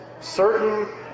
certain